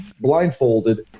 blindfolded